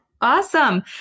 awesome